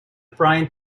frying